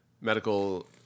medical